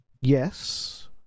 yes